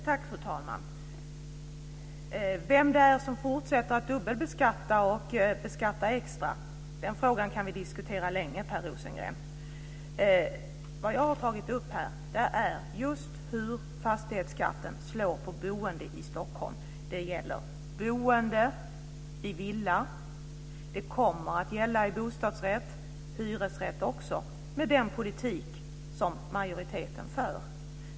Fru talman! Frågan vem det är som fortsätter att dubbelbeskatta och beskatta extra kan vi diskutera länge. Vad jag har tagit upp här är just hur fastighetsskatten slår på boende i Stockholm. Det gäller boende i villa. Det kommer att gälla boende i bostadsrätt och också i hyresrätt, med den politik som majoriteten för.